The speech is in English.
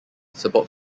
support